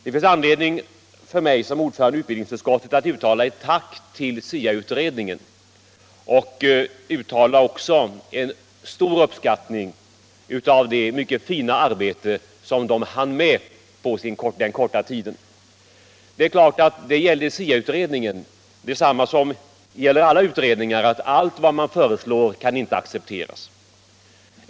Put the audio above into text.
Det finns anledning för mig som ordförande i utbildningsutskottet att uttala ett tack till SIA-utredningen och ge uttryck för stor uppskattning av det mycket fina arbete som utredningen hann med på den korta tiden. Det är klart att om SIA-utredningen gäller detsamma som för alla utredningar, att allt vad som föreslås inte kan accepteras.